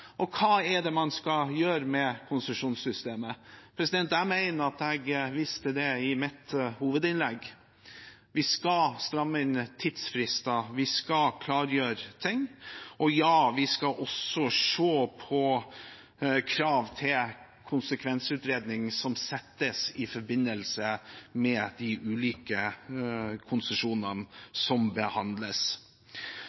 Og hva skal man gjøre med konsesjonssystemet? Jeg mener at jeg viste det i mitt hovedinnlegg: Vi skal stramme inn tidsfrister, vi skal klargjøre ting – og ja, vi skal også se på krav til konsekvensutredning, som settes i forbindelse med de ulike konsesjonene